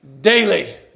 daily